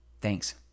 Thanks